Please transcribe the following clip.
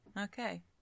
Okay